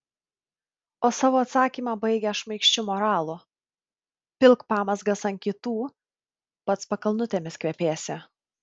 o savo atsakymą baigia šmaikščiu moralu pilk pamazgas ant kitų pats pakalnutėmis kvepėsi